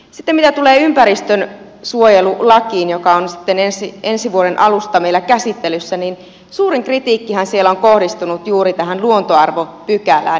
sitten mitä tulee ympäristönsuojelulakiin joka on sitten ensi vuoden alusta meillä käsittelyssä niin suurin kritiikkihän siellä on kohdistunut juuri tähän luontoarvopykälään